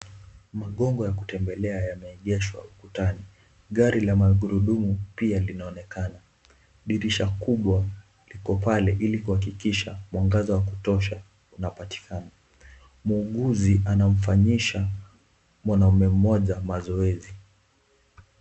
Magongo ya kutembelea yameegeshwa ukutani. Gari la magurudumu pia linaonekana. Dirisha kubwa liko pale ili kuhakikisha mwangaza wa kutosha unapatikana. Muuguzi anamfanyisha mwanaume mmoja mazoezi.